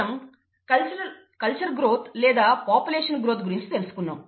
మనం culture growth లేదా population growth గురించి తెలుసుకున్నాం